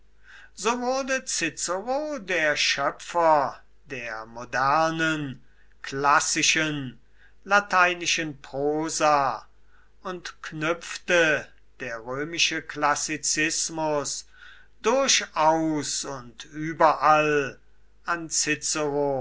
so wurde cicero der schöpfer der modernen klassischen lateinischen prosa und knüpfte der römische klassizismus durchaus und überall an